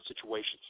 situations